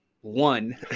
one